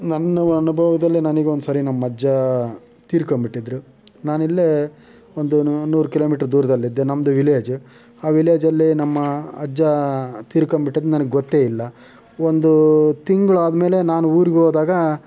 ನನ್ನ ಅನುಭವದಲ್ಲೇ ನನಗೊಂದ್ಸಲ ನಮ್ಮಜ್ಜ ತೀರ್ಕೊಂಡ್ಬಿಟ್ಟಿದ್ರು ನಾನಿಲ್ಲೇ ಒಂದು ನಾನ್ನೂರು ಕಿಲೋ ಮೀಟ್ರ್ ದೂರದಲ್ಲಿದ್ದೆ ನಮ್ಮದು ವಿಲೇಜು ಆ ವಿಲೇಜಲ್ಲಿ ನಮ್ಮ ಅಜ್ಜ ತೀರ್ಕೊಂಬಿಟ್ಟಿದ್ದು ನನಗೆ ಗೊತ್ತೇ ಇಲ್ಲ ಒಂದು ತಿಂಗಳಾದ್ಮೇಲೆ ನಾನು ಊರಿಗೋದಾಗ